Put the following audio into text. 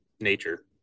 nature